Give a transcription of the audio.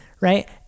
right